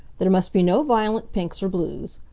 there must be no violent pinks or blues.